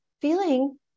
feeling